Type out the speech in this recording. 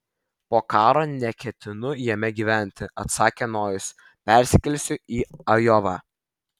po karo neketinu jame gyventi atsakė nojus persikelsiu į ajovą